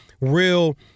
real